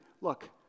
look